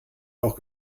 auch